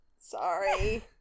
Sorry